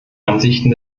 ansichten